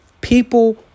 People